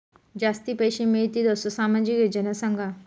जास्ती पैशे मिळतील असो सामाजिक योजना सांगा?